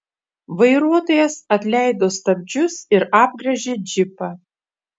vairuotojas atleido stabdžius ir apgręžė džipą